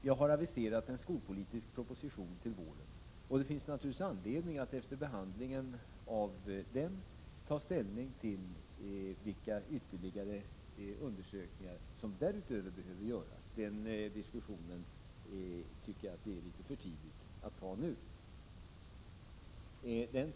Jag har aviserat en skolpolitisk proposition till våren. Det finns naturligtvis anledning att efter behandlingen av denna proposition ta ställning till vilka undersökningar som därutöver behöver göras. Den diskussionen tycker jag att det är litet tidigt att föra nu.